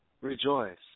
Rejoice